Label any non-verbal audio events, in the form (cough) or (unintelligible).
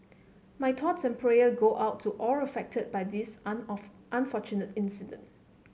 my thoughts and prayer go out to all affected by this (unintelligible) unfortunate incident